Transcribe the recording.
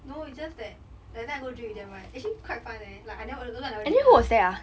no it's just that like that time I go drink with them right actually quite fun leh like I never a lot a lot I never drink ah